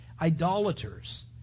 idolaters